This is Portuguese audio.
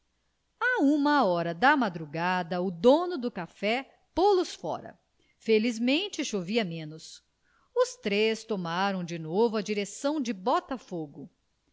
a uma hora da madrugada o dono do café pô-los fora felizmente chovia menos os três tomaram de novo a direção de botafogo